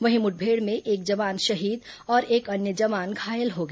वहीं मुठभेड़ में एक जवान शहीद और एक अन्य जवान घायल हो गया